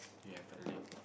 you have a leg